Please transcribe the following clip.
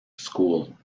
school